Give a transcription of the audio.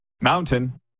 Mountain